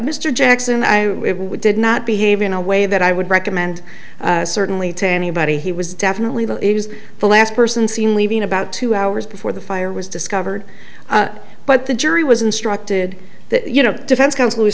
mr jackson i did not behave in a way that i would recommend certainly to anybody he was definitely though it was the last person seen leaving about two hours before the fire was discovered but the jury was instructed that you know the defense counsel w